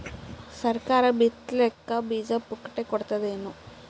ಸರಕಾರ ಬಿತ್ ಲಿಕ್ಕೆ ಬೀಜ ಪುಕ್ಕಟೆ ಕೊಡತದೇನು?